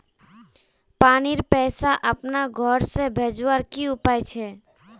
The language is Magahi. पानीर पैसा अपना घोर से भेजवार की उपाय छे?